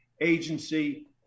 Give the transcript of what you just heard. agency